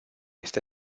este